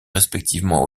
respectivement